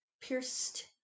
pierced